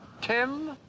tim